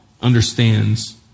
understands